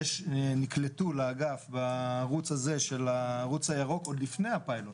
נקלטו לאגף בערוץ הזה של הערוץ הירוק עוד לפני הפיילוט,